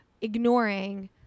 ignoring